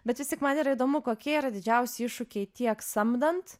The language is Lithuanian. bet vis tiek man yra įdomu kokie yra didžiausi iššūkiai tiek samdant